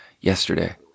yesterday